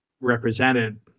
represented